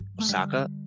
osaka